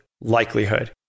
likelihood